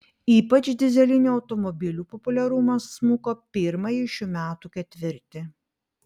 ypač dyzelinių automobilių populiarumas smuko pirmąjį šių metų ketvirtį